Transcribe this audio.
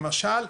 למשל,